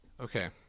Okay